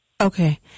Okay